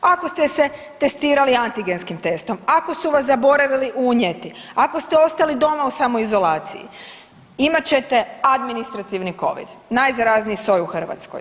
Ako ste se testirali antigenskim testom, ako su vas zaboravili unijeti, ako ste ostali doma u samoizolaciji imat ćete administrativni Covid najzarazniji soj u Hrvatskoj.